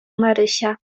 marysia